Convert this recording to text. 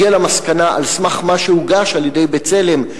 הגיע למסקנה על סמך מה שהוגש על-ידי "בצלם",